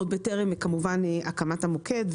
כמובן עוד טרם הקמת המוקד,